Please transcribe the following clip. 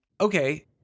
Okay